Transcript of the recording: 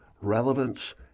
relevance